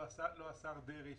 לא השר דרעי,